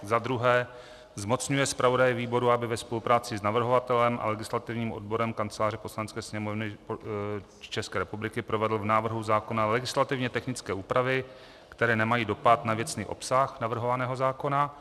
II. zmocňuje zpravodaje výboru, aby ve spolupráci s navrhovatelem a legislativním odborem Kanceláře Poslanecké sněmovny PČR provedl v návrhu zákona legislativně technické úpravy, které nemají dopad na věcný obsah navrhovaného zákona;